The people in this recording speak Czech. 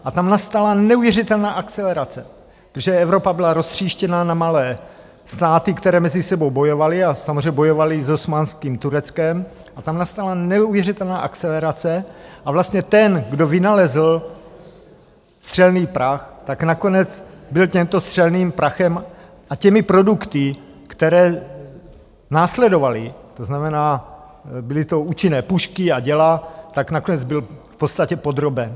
A tam nastala neuvěřitelná akcelerace, protože Evropa byla roztříštěna na malé státy, které mezi sebou bojovaly a samozřejmě bojovaly i s osmanským Tureckem, a tam nastala neuvěřitelná akcelerace a vlastně ten, kdo vynalezl střelný prach, tak nakonec byl tímto střelným prachem a těmi produkty, které následovaly, to znamená, byly to účinné pušky a děla, tak nakonec byl v podstatě podroben.